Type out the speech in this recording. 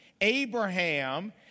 Abraham